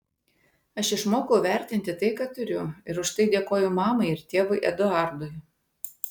aš išmokau vertinti tai ką turiu ir už tai dėkoju mamai ir tėvui eduardui